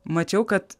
mačiau kad